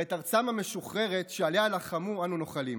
ואת ארצם המשוחררת, שעליה לחמו, אנו נוחלים.